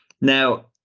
Now